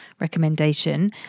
recommendation